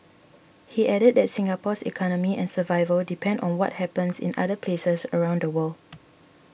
he added that Singapore's economy and survival depend on what happens in other places around the world